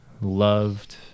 loved